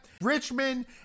Richmond